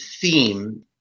theme